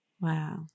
Wow